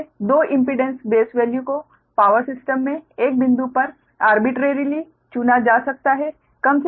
इसलिए दो independent base value को पावर सिस्टम में एक बिंदु पर आरबिटरेरीली चुना जा सकता है